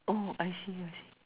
oh I see I see